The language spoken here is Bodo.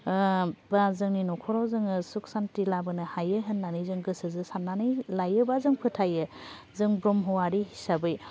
बा जोंनि न'खराव जोङो सुख सान्थि लाबोनो हायो होन्नानै जों गोसोजों सान्नानै लायो बा जों फोथायो जों ब्रह्मआरि हिसाबै